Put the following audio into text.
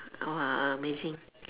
oh a~ amazing